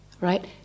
right